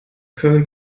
köln